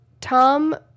Tom